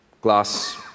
glass